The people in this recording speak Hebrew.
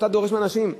ואתה דורש מהאנשים.